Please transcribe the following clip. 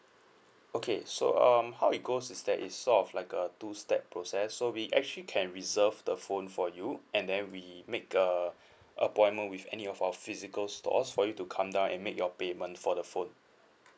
okay so um how it goes is that is sort of like a two step process so we actually can reserve the phone for you and then we make a appointment with any of our physical stores for you to come down and make your payment for the phone